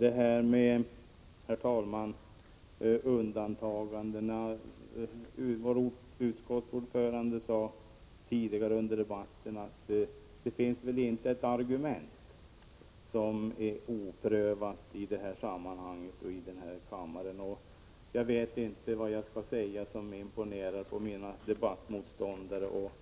Herr talman! Vad gäller undantagande sade utskottets ordförande tidigare att det väl inte finns ett argument som är oprövat i kammaren i detta sammanhang. Jag vet inte vad jag skall säga som skulle imponera på mina debattmotståndare, och